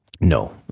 No